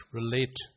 relate